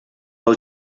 pel